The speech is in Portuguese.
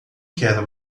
quero